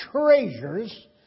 treasures